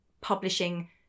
publishing